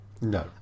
no